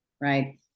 right